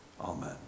Amen